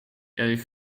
erg